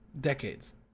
decades